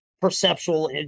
perceptual